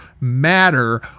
matter